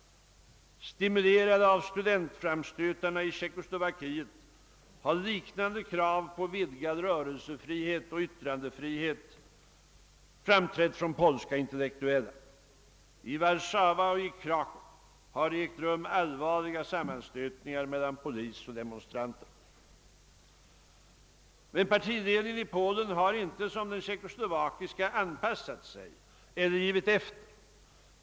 Stimulerade av studentframstötarna i Tjeckoslovakien har polska intellektuella framfört liknande krav på vidgad rörelsefrihet och yttrandefrihet. I Warszawa och Krakow har det ägt rum allvarliga sammanstötningar mellan polis och demonstranter. Men partiledningen i Polen har inte som den tjeckoslovakiska anpassat sig eller givit efter.